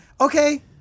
okay